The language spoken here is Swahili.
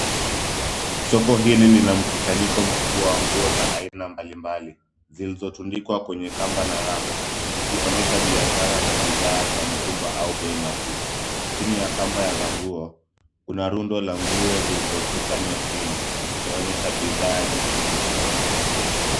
Soko hili ni la mkusanyiko mkubwa wa nguo za aina mbalimbali zilizotundikwa kwenye kamba na racks zikionyesha biashara na bidhaa za mitumba au bei nafuu. Chini ya kamba za nguo, kuna rundo la nguo zilizokusanywa chini, zikionyesha bidhaa nyingi zilizoko.